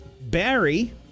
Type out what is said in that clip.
Barry